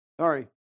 Sorry